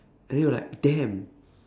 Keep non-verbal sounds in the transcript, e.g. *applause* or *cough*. and then you're like damn *breath*